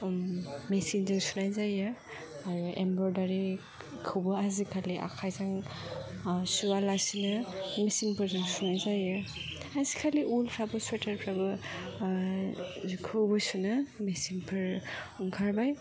मेशिनजों सुनाय जायो आरो एमब्र'यदारिखौबो आजिखालि आखाइजों सुआलासिनो मेशिनफोरजों सुनाय जायो आजिखालि ऊलफ्राबो स्वेटारफ्राबो जेखौबो सुनो मेशिन ओंखारबाय